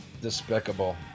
despicable